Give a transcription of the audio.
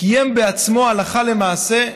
וקיים בעצמו, הלכה למעשה,